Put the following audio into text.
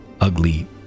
ugly